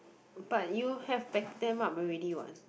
but you have backed them up already what